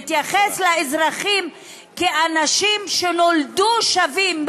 יתייחס לאזרחים כאל אנשים שנולדו שווים,